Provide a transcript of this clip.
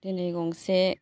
दिनै गंसे